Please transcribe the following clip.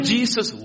Jesus